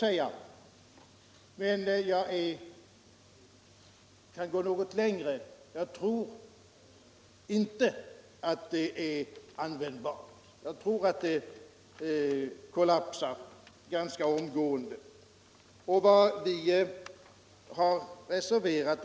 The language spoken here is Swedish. Men jag kan gå något längre. Jag tror inte att det är användbart. Jag tror att det omgående kommer att kollapsa.